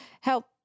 help